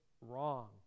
wrong